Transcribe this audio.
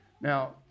Now